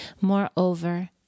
Moreover